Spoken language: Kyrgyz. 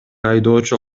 айдоочу